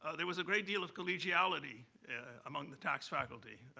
there was a great deal of collegiality among the tax faculty.